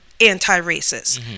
anti-racist